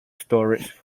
stories